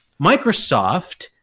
Microsoft